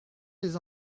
des